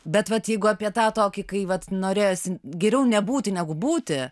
bet vat jeigu apie tą tokį kai vat norėjosi geriau nebūti negu būti